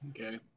Okay